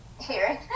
hearing